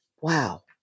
wow